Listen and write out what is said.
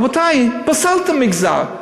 רבותי, פסלתם מגזר.